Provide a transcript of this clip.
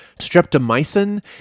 streptomycin